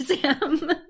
Sam